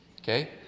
Okay